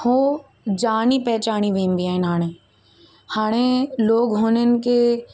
उहे ॼाणी पहचाणी वेंदी आहिनि हाणे हाणे लोग हुननि खे